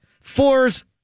Four's